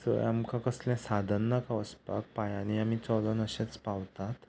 थंय आमकां कसलें साधन नाका वचपाक पांयांनी आमी चलून अशेच पावतात